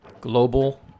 global